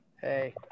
Hey